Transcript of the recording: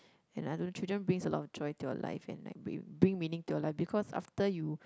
and I know children brings a lot of joy to your life and like bring bring meaning to your life because after you